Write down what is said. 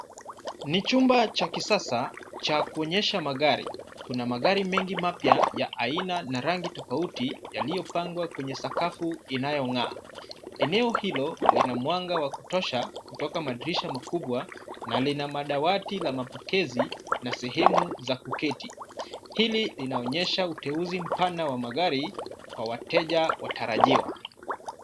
Ni chumba cha kisasa cha kuonyesha magari. Kuna magari mengi mapya ya aina na rangi tofauti yaliyopangwa kwenye sakafu inayong'aa . Eneo hilo lina mwanga wa kutosha kutoka madirisha makubwa na lina madawati la mapokezi na sehemu za kuketi. Hili linaonyesha uteuzi mpana wa magari kwa wateja watarajiwa.